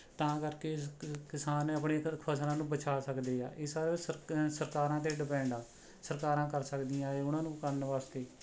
ਤਾਂ ਕਰਕੇ ਕ ਕ ਕਿਸਾਨ ਨੇ ਆਪਣੇ ਫ਼ਸਲਾਂ ਨੂੰ ਬਚਾ ਸਕਦੇ ਆ ਇਹ ਸਰ ਸਰਕ ਸਰਕਾਰਾਂ 'ਤੇ ਡਿਪੈਂਡ ਆ ਸਰਕਾਰਾਂ ਕਰ ਸਕਦੀਆਂ ਇਹ ਉਹਨਾਂ ਨੂੰ ਕਰਨ ਵਾਸਤੇ